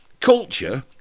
culture